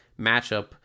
matchup